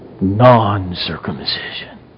non-circumcision